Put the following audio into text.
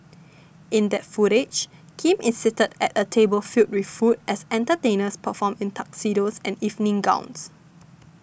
in that footage Kim is seated at a table filled with food as entertainers perform in Tuxedos and evening gowns